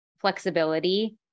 flexibility